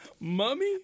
Mummy